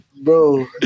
bro